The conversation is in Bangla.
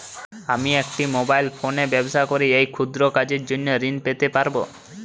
আমি একটি মোবাইল ফোনে ব্যবসা করি এই ক্ষুদ্র কাজের জন্য ঋণ পেতে পারব?